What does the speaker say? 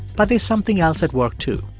but there's something else at work, too,